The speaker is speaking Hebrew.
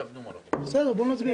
כן.